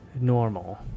normal